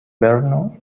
brno